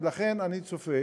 ולכן אני צופה